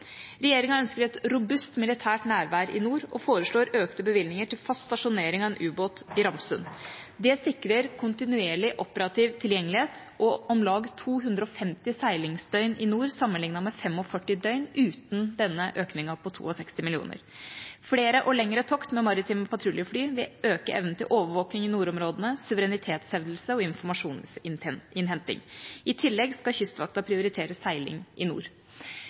Regjeringa ønsker et robust militært nærvær i nord og foreslår økte bevilgninger til fast stasjonering av en ubåt i Ramsund. Det sikrer kontinuerlig operativ tilgjengelighet og om lag 250 seilingsdøgn i nord sammenlignet med 45 døgn uten denne økningen på 62 mill. kr. Flere og lengre tokt med maritime patruljefly vil øke evnen til overvåking i nordområdene, suverenitetshevdelse og informasjonsinnhenting. I tillegg skal Kystvakten prioritere seiling i nord.